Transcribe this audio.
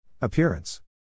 Appearance